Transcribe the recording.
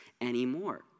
anymore